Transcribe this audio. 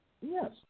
Yes